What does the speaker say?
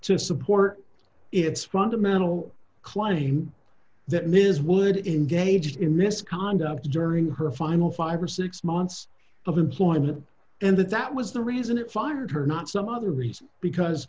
to support its fundamental claim that ms would in gauged in misconduct during her final five or six months of employment and that that was the reason it fired her not some other reason because